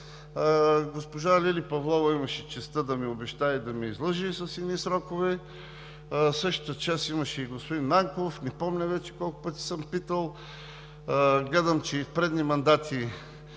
Госпожа Лиляна Павлова имаше честта да ми обещае и да ме излъже с едни срокове. Същата чест имаше и господин Нанков. Не помня вече колко пъти съм питал. Гледам, че и в предни мандати